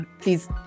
Please